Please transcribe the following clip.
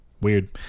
weird